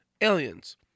aliens